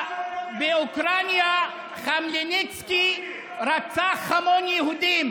אם אתם תירו עלינו --- באוקראינה חמלניצקי רצח המון יהודים